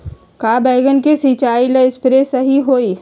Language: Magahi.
का बैगन के सिचाई ला सप्रे सही होई?